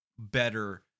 better